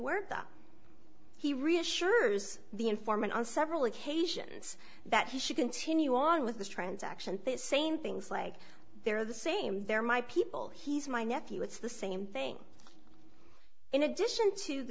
word that he reassures the informant on several occasions that she continue on with this transaction this same things like they're the same they're my people he's my nephew it's the same thing in addition to the